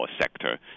sector